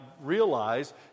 realize